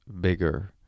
bigger